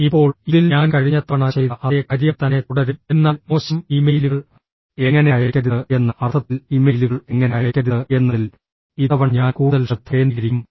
ഇപ്പോൾ ഇതിൽ ഞാൻ കഴിഞ്ഞ തവണ ചെയ്ത അതേ കാര്യം തന്നെ തുടരും എന്നാൽ മോശം ഇമെയിലുകൾ എങ്ങനെ അയയ്ക്കരുത് എന്ന അർത്ഥത്തിൽ ഇമെയിലുകൾ എങ്ങനെ അയയ്ക്കരുത് എന്നതിൽ ഇത്തവണ ഞാൻ കൂടുതൽ ശ്രദ്ധ കേന്ദ്രീകരിക്കും